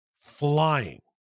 flying